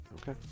Okay